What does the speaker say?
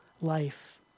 life